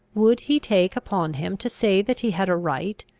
would he take upon him to say that he had a right,